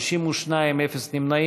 וקבוצת סיעת המחנה הציוני לסעיף 10 לא נתקבלה.